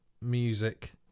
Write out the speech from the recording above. music